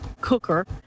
cooker